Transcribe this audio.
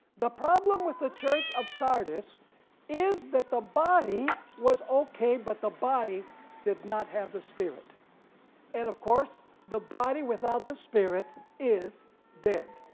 the problem with the church of sardis is that the body was okay but the body did not have the spirit and of course the body without the spirit is dead,